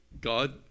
God